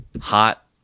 hot